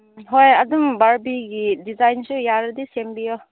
ꯍꯣꯏ ꯑꯗꯨꯝ ꯕꯥꯔꯕꯤꯒꯤ ꯗꯤꯖꯥꯏꯟꯁꯨ ꯌꯥꯔꯗꯤ ꯁꯦꯝꯕꯤꯌꯣ